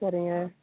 சரிங்க